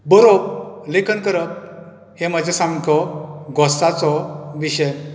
बरोवप लेखन करप हें म्हजें सामको घोस्ताचो विशय